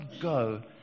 go